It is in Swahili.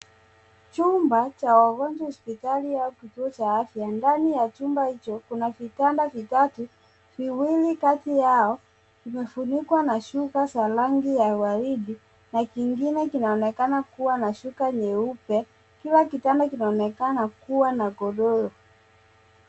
Chumba cha wagonjwa hospitali au kituo cha afya. Ndani ya chumba hicho kuna vitanda vitatu, viwili kati yao vimefunikwa na shuka za rangi ya waridi na kingine kinaonekana kuwa na shuka nyeupe. Kila kitanda kinaonekana kuwa na godoro.